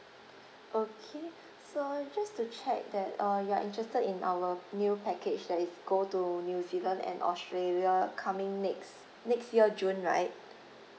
okay so just to check that uh you're interested in our new package that is go to new zealand and australia coming next next year june right